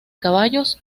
caballos